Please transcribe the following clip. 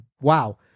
Wow